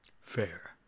Fair